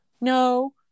no